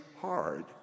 hard